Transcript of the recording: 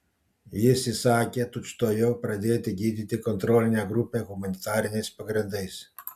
jis įsakė tučtuojau pradėti gydyti kontrolinę grupę humanitariniais pagrindais